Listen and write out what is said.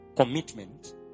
Commitment